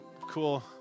cool